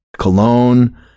cologne